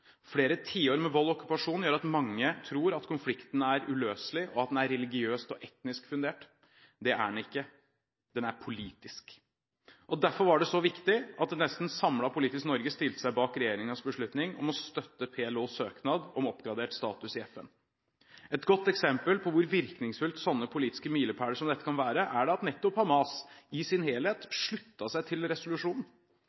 Flere tiår med vold og okkupasjon gjør at mange tror at konflikten er uløselig og at den er religiøst og etnisk fundert. Det er den ikke – den er politisk. Derfor var det så viktig at et nesten samlet politisk Norge stilte seg bak regjeringens beslutning om å støtte PLOs søknad om oppgradert status i FN. Et godt eksempel på hvor virkningsfulle sånne politiske milepæler kan være, er nettopp at Hamas i sin helhet